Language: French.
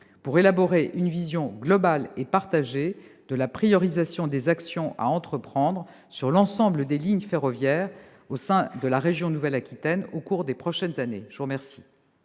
d'élaborer une vision globale et partagée de la priorisation des actions à entreprendre sur l'ensemble des lignes ferroviaires au sein de la région Nouvelle-Aquitaine au cours des prochaines années. La parole